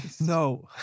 No